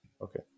okay